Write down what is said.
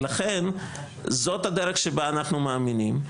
ולכן זאת הדרך שבה אנחנו מאמינים.